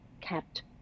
kept